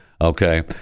Okay